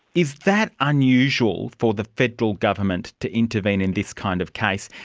is that unusual, for the federal government to intervene in this kind of case?